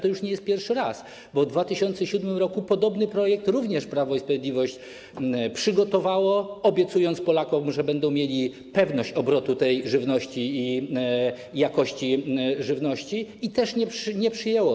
To już nie pierwszy raz, bo w 2007 r. podobny projekt również Prawo i Sprawiedliwość przygotowało, obiecując Polakom, że będą mieli pewność obrotu żywnością i jakości żywności, i też go nie przyjęło.